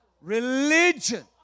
Religion